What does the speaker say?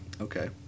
okay